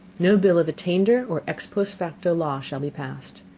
no bill of attainder or ex post facto law shall be passed.